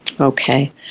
Okay